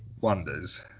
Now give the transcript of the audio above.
wonders